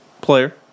player